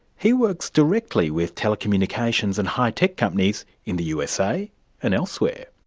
he works directly with telecommunications and high tech companies in the usa and elsewhere.